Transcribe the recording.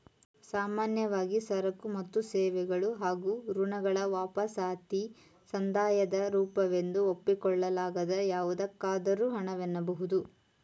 ಸಾಮಾನ್ಯವಾಗಿ ಸರಕು ಮತ್ತು ಸೇವೆಗಳು ಹಾಗೂ ಋಣಗಳ ವಾಪಸಾತಿ ಸಂದಾಯದ ರೂಪವೆಂದು ಒಪ್ಪಿಕೊಳ್ಳಲಾಗದ ಯಾವುದಕ್ಕಾದರೂ ಹಣ ವೆನ್ನಬಹುದು